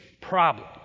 problem